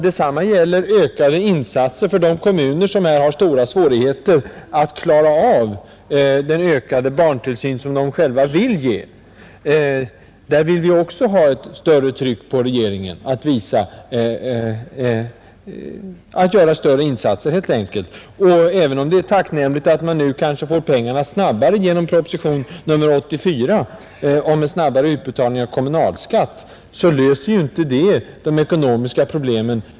Detta gäller även frågan om ökat stöd åt de kommuner som har stora svårigheter att klara av den ökade barntillsyn som de själva vill ge. Där vill vi ha ett kraftigare tryck på regeringen att helt enkelt göra större insatser. Även om det är tacknämligt att det nu kanske sker en snabbare utbetalning av kommunalskatt genom propositionen 84 löser inte det de ekonomiska problemen.